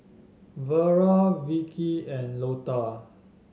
Vera Vikki and Lotta